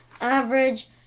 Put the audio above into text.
average